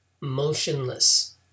motionless